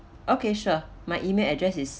okay sure my email address is